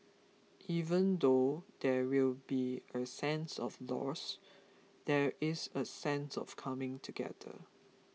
even though there will be a sense of loss there is a sense of coming together